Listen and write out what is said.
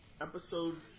episode